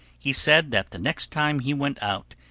he said that the next time he went out,